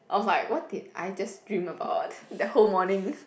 I was like what did I just dream about the whole morning